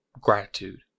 gratitude